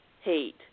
hate